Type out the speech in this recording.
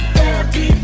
therapy